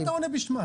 למה אתה עונה בשמם?